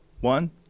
one